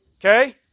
Okay